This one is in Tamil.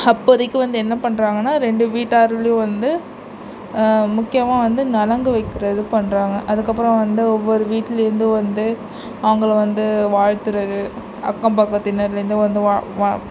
அப்போதைக்கி வந்து என்ன பண்ணுறாங்கனா ரெண்டு வீட்டாருலேயும் வந்து முக்கியமாக வந்து நலங்கு வைக்கிறது பண்ணுறாங்க அதுக்கப்புறம் வந்து ஒவ்வொரு வீட்லேருந்து வந்து அவங்கள வந்து வாழ்த்துவது அக்கம் பக்கத்தினர்லேருந்து வந்து வா வா